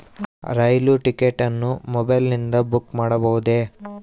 ರೈಲು ticket ಅನ್ನು ಮೊಬೈಲಿಂದ book ಮಾಡಬಹುದೆ?